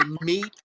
meet